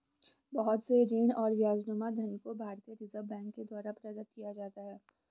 बहुत से ऋण और ब्याजनुमा धन को भारतीय रिजर्ब बैंक के द्वारा प्रदत्त किया जाता है